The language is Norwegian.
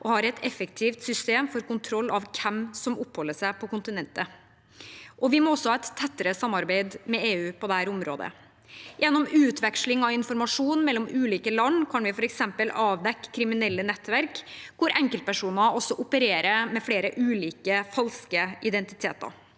og har et effektivt system for kontroll av hvem som oppholder seg på kontinentet. Vi må også ha et tettere samarbeid med EU på dette området. Gjennom utveksling av informasjon mellom ulike land kan vi f.eks. avdekke kriminelle nettverk, hvor enkeltpersoner også opererer med flere ulike falske identiteter.